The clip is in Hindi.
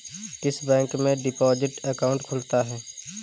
किस बैंक में डिपॉजिट अकाउंट खुलता है?